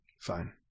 fine